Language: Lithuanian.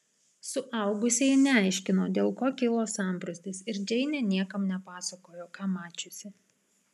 suaugusieji neaiškino dėl ko kilo sambrūzdis ir džeinė niekam nepasakojo ką mačiusi